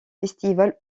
festival